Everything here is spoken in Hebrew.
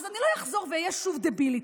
אז אני לא אחזור ואהיה שוב דבילית,